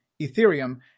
Ethereum